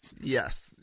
Yes